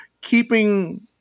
keeping